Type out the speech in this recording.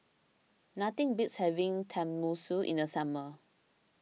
nothing beats having Tenmusu in the summer